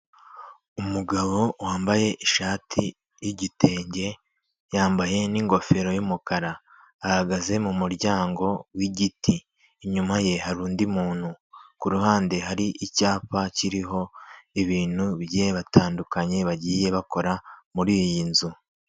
Umugabo wambaye ishati y'igitenge, yambaye n'ingofero y'umukara, ahagaze mu muryango w'igiti, inyuma ye hari undi muntu, ku ruhande hari icyapa kiriho ibintu bigiye bitandukanye bagiye bakora muri iyi nzu.